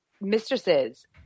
mistresses